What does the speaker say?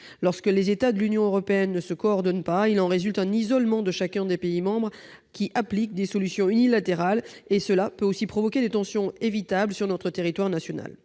Lorsque les États de l'Union européenne ne se coordonnent pas, il en résulte un isolement de chacun des pays membres, qui appliquent des solutions unilatérales. Cela peut aussi provoquer des tensions évitables sur notre territoire national.